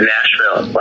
Nashville